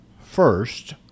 first